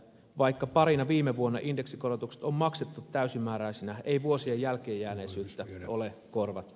vaikka parina viime vuonna indeksikorotukset on maksettu täysimääräisinä ei vuosien jälkeenjääneisyyttä ole korvattu